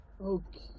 okay